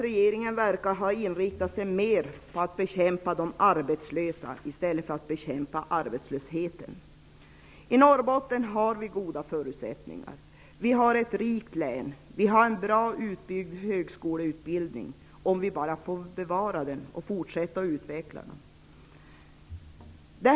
Regeringen verkar ha inriktat sig mer på att bekämpa de arbetslösa än på att bekämpa arbetslösheten. I Norrbotten har vi goda förutsättningar -- det är ett rikt län. Vi har en väl utbyggd högskoleutbildning, om vi bara får bevara den och fortsätta att utveckla den.